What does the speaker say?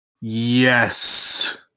Yes